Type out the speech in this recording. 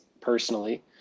personally